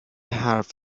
حرف